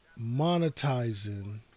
monetizing